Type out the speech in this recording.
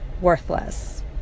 worthless